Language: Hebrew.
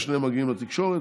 שניהם מגיעים לתקשורת,